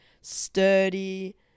sturdy